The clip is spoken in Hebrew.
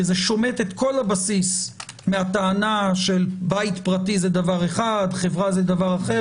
כי זה שומט את כל הבסיס מהטענה שבית פרטי זה דבר אחד וחברה זה דבר אחר.